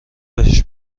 بهش